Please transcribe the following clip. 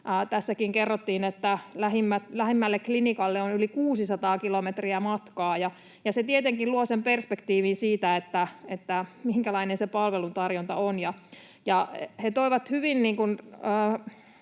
Tässäkin kerrottiin, että lähimmälle klinikalle on yli 600 kilometriä matkaa. Se tietenkin luo sen perspektiivin siitä, minkälainen se palveluntarjonta on. He toivat hyvin